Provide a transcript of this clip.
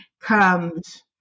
comes